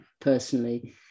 personally